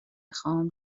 خام